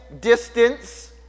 distance